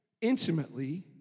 intimately